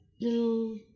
little